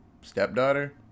stepdaughter